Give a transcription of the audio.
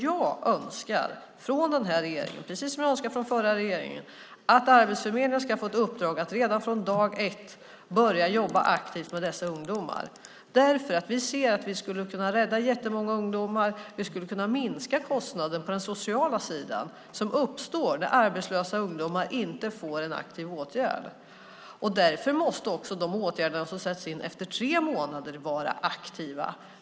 Jag önskar från den här regeringen, precis som jag önskade från den förra regeringen, att Arbetsförmedlingen ska få ett uppdrag att redan från dag ett börja jobba aktivt med dessa ungdomar. Vi ser att vi skulle kunna rädda jättemånga ungdomar. Vi skulle kunna minska kostnader på den sociala sidan som uppstår när arbetslösa ungdomar inte får en aktiv åtgärd. Därför måste också de åtgärder som sätts in efter tre månader vara aktiva.